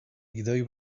gidoi